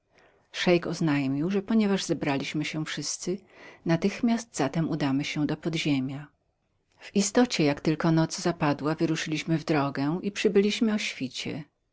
szeik oznajmił że ponieważ zebraliśmy się wszyscy natychmiast zatem udamy się do podziemia w istocie jak tylko noc zapadła wyruszyliśmy w drogę i przybyliśmy o świcie